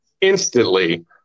instantly